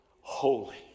Holy